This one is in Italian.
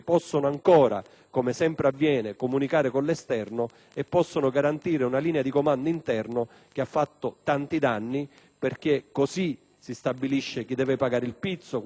come sempre avviene, comunicare con l'esterno e garantire una linea di comando interno che ha fatto tanti danni, perché così si stabilisce chi deve pagare il pizzo, quale appalto truccare